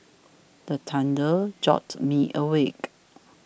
the thunder jolt me awake